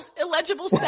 illegible